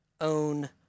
own